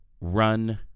run